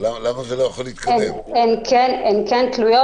הן כן תלויות,